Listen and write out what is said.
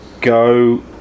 go